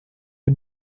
you